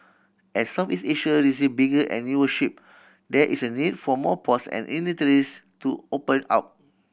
as Southeast Asia receive bigger and newer ship there is a need for more ports and itineraries to open up